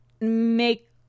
make